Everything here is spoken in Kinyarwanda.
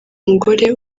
umugore